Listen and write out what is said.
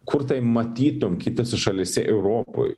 kur tai matytum kitose šalyse europoj